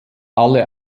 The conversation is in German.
alle